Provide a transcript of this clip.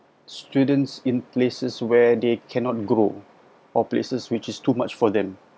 students in places where they cannot grow or places which is too much for them